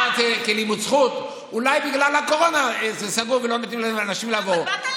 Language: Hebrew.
אמרתי כלימוד זכות: אולי בגלל הקורונה זה סגור ולא נותנים לאנשים לבוא.